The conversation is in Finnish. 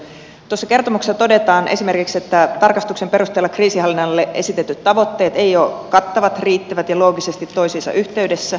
tuossa kertomuksessa todetaan esimerkiksi että tarkastuksen perusteella kriisinhallinnalle esitetyt tavoitteet eivät ole kattavat riittävät ja loogisesti toisiinsa yhteydessä